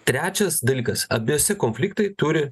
trečias dalykas abiejose konfliktai turi